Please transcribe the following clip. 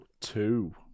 two